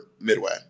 Midway